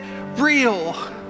real